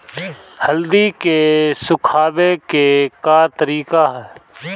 हल्दी के सुखावे के का तरीका ह?